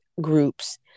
groups